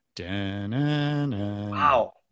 Wow